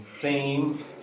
theme